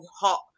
hot